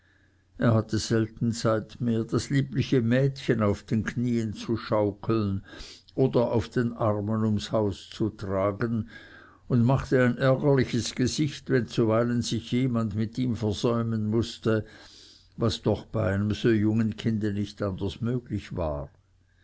er hatte selten zeit mehr das liebliche mädchen auf den knieen zu schaukeln oder auf den armen ums haus zu tragen und machte ein ärgerliches gesicht wenn zuweilen sich jemand mit ihm versäumen mußte was doch bei einem so jungen kinde nicht anders möglich war